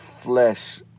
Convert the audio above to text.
flesh